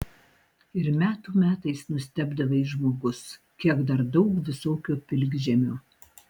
ir metų metais nustebdavai žmogus kiek dar daug visokio pilkžemio